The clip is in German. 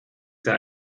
sehr